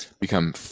become